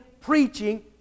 preaching